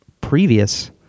previous